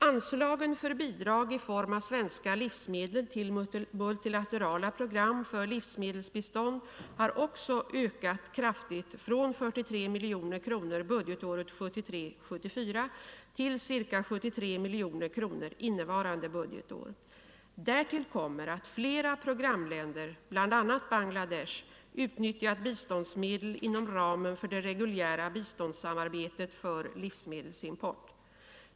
Anslagen för bidrag i form av svenska livsmedel till multilaterala program för livsmedelsbistånd har också ökat kraftigt, från 43 miljoner kronor budgetåret 1973/74 till ca 73 miljoner kronor innevarande budgetår. Därtill kommer att flera programländer, bl.a. Bangladesh, utnyttjat biståndsmedel inom ramen för det reguljära biståndssamarbetet för livsmedelsimport.